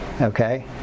okay